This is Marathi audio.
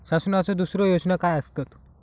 शासनाचो दुसरे योजना काय आसतत?